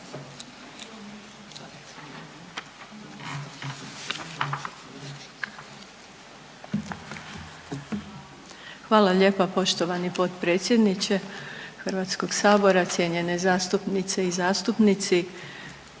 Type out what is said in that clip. Hvala lijepa poštovani potpredsjedniče HS-a, cijenjene zastupnice i zastupnici.